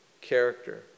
character